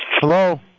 Hello